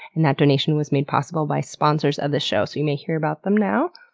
and that donation was made possible by sponsors of this show, so you may hear about them now.